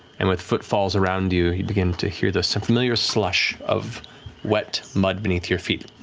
and with footfalls around you, you begin to hear this familiar slush of wet mud beneath your feet.